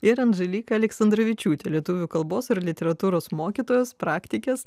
ir andželika aleksandravičiūtė lietuvių kalbos ir literatūros mokytojas praktikės